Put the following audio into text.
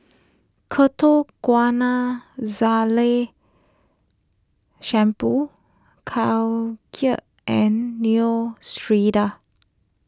Ketoconazole Shampoo Caltrate and Neostrata